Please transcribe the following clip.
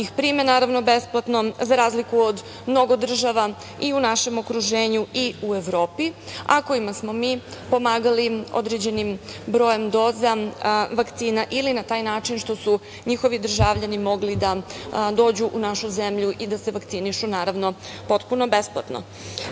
ih prime naravno besplatno, za razliku od mnogo država i u našem okruženju i u Evropi, a kojima smo mi pomagali određenim brojem doza vakcina ili na taj način što su njihovi državljani mogli da dođu u našu zemlju i da se vakcinišu naravno potpuno besplatno. Sada